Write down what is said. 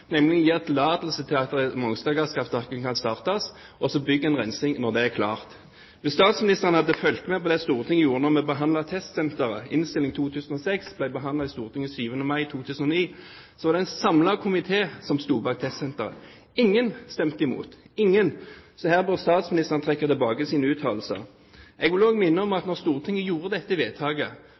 nemlig å gi tillatelse til at Mongstad-gasskraftverket kan startes, og så bygge rensing når det er klart. Hvis statsministeren hadde fulgt med på det Stortinget gjorde da vi behandlet testsenteret – Innst. S. nr. 206 for 2008–2009 ble behandlet i Stortinget 7. mai 2009 – ville han visst at det sto en samlet komité bak testsenteret. Ingen stemte imot – ingen. Så her bør statsministeren trekke tilbake sine uttalelser. Jeg vil også minne om at da Stortinget gjorde vedtaket,